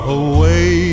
away